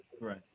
Right